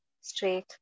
straight